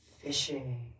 fishing